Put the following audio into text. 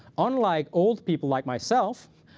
unlike old people like myself,